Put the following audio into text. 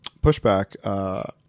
pushback